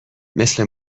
مثل